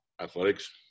athletics